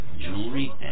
jewelry